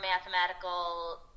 mathematical